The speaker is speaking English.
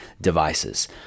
devices